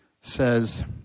says